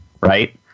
right